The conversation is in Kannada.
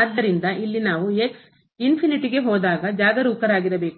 ಆದ್ದರಿಂದಇಲ್ಲಿ ನಾವು ಹೋದಾಗ ಜಾಗರೂಕರಾಗಿರಬೇಕು